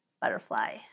butterfly